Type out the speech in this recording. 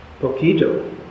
Poquito